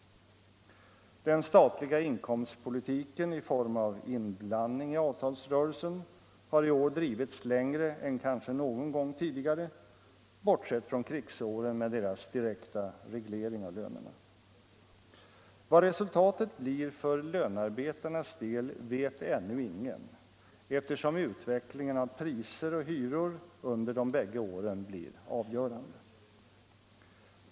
Den statliga inkomstpolitiken i form av inblandning i avtalsrörelsen har i år drivits längre än kanske någon gång tidigare, bortsett från krigsåren med deras direkta reglering av lönerna. Vad resultatet är för lönarbetarnas del vet ännu ingen, eftersom utvecklingen av priser och hyror under de bägge åren blir avgörande.